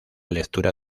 lectura